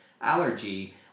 allergy